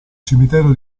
cimitero